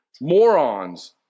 morons